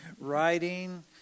writing